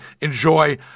enjoy